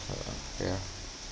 uh ya